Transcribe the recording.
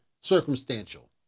circumstantial